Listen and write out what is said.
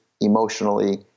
emotionally